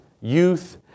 youth